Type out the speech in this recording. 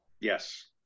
Yes